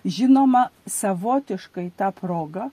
žinoma savotiškai ta proga